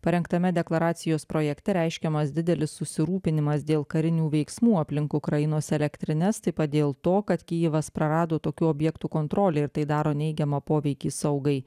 parengtame deklaracijos projekte reiškiamas didelis susirūpinimas dėl karinių veiksmų aplink ukrainos elektrines taip pat dėl to kad kijivas prarado tokių objektų kontrolę ir tai daro neigiamą poveikį saugai